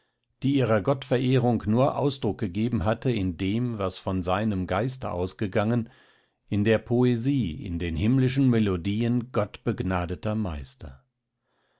die ihrer gottverehrung nur ausdruck gegeben hatte in dem was von seinen geiste ausgegangen in der poesie in den himmlischen melodien gottbegnadeter meister